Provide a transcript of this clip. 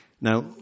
Now